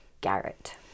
Garrett